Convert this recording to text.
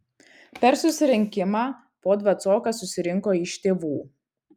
per susirinkimą po dvacoką susirinko iš tėvų